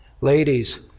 Ladies